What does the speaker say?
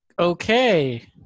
okay